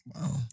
Wow